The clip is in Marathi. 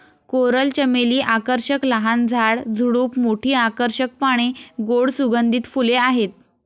कोरल चमेली आकर्षक लहान झाड, झुडूप, मोठी आकर्षक पाने, गोड सुगंधित फुले आहेत